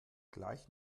gleich